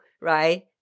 right